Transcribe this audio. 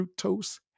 fructose